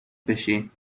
بشی